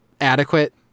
adequate